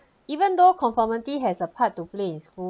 even though conformity has a part to play in school